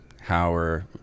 Howard